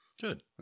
good